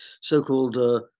so-called